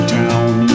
town